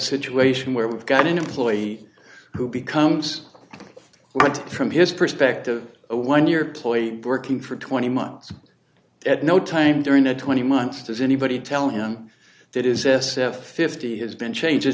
situation where we've got an employee who becomes went from his perspective a one year ploy working for twenty months at no time during the twenty months does anybody tell him that is a fifty has been changes